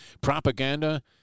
propaganda